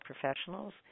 professionals